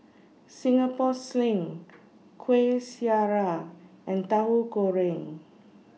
Singapore Sling Kueh Syara and Tahu Goreng